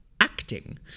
acting